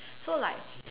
so like